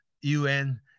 un